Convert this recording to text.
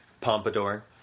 Pompadour